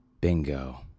Bingo